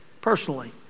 personally